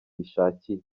bishakiye